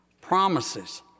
promises